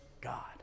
God